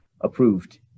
approved